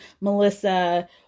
Melissa